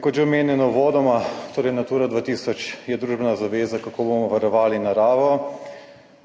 kot že omenjeno uvodoma, torej Natura 2000 je družbena zaveza kako bomo varovali naravo.